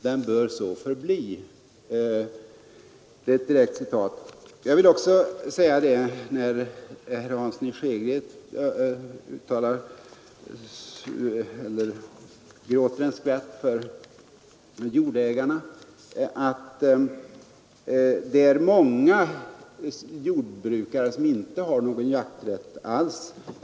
Den bör så förbli.” När herr Hansson i Skegrie gråter en skvätt över jordbrukarna, vill jag framhålla att många jordbrukare inte har någon jakträtt alls.